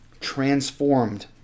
transformed